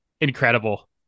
incredible